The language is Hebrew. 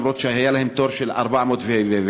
למרות שהיה להם תור מס' 400 ו-500,